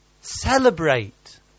Celebrate